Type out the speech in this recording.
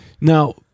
Now